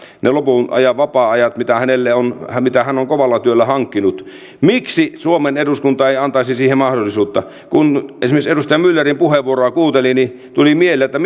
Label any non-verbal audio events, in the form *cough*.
ne loput vapaa ajat mitä hän on kovalla työllä hankkinut miksi suomen eduskunta ei antaisi siihen mahdollisuutta kun esimerkiksi edustaja myllerin puheenvuoroa kuunteli tuli mieleen että *unintelligible*